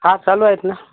हा चालू आहेत ना